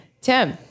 Tim